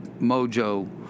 Mojo